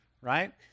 right